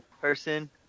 person